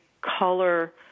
color